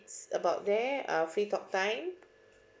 about there uh free talk time